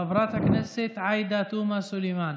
חברת הכנסת עאידה תומא סלימאן,